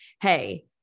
Hey